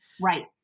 Right